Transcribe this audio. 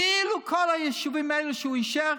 כאילו כל היישובים האלה שהוא אישר,